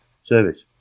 service